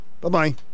Bye-bye